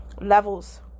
levels